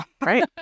Right